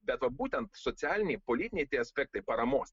bet va būtent socialiniai politiniai aspektai paramos